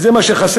וזה מה שחסר,